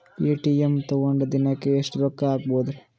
ATM ತಗೊಂಡ್ ದಿನಕ್ಕೆ ಎಷ್ಟ್ ರೊಕ್ಕ ಹಾಕ್ಬೊದ್ರಿ?